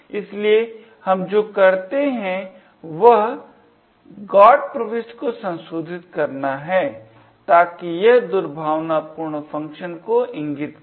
इसलिए हम जो करते हैं वह GOT प्रविष्टि को संशोधित करना है ताकि यह दुर्भावनापूर्ण फंक्शन को इंगित करे